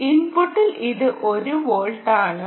ഇൻപുട്ടിൽ ഇത് 1 വോൾട്ട് ആണ്